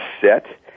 set